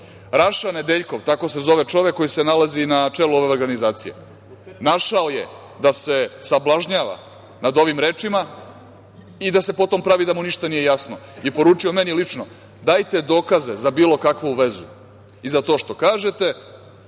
Nedeljkov, tako se zove čovek koji se nalazi na čelu ove organizacije, našao je da se sablažnjava nad ovim rečima i da se potom pravi da mu ništa nije jasno i poručio meni lično - dajte dokaze za bilo kakvu vezu i za to što kažete